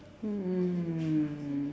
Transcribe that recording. um